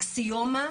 האקסיומה,